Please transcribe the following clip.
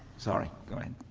sorry. go ahead.